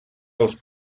los